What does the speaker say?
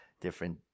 different